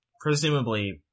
Presumably